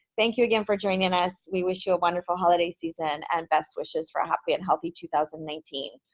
thank you again for joining us. we wish you a wonderful holiday season and best wishes for a happy and healthy two thousand and nineteen.